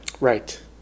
Right